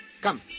Come